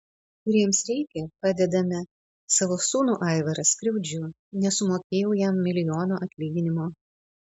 kuriems reikia padedame savo sūnų aivarą skriaudžiu nesumokėjau jam milijono atlyginimo